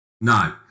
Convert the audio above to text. No